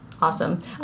awesome